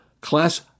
class